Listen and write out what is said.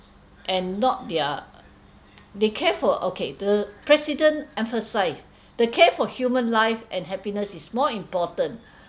and not their they care for okay the president emphasised the care for human life and happiness is more important